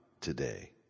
today